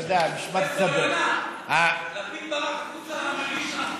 פרופסור יונה, לפיד ברח החוצה כי הוא הבין,